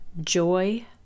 joy